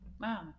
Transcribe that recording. Wow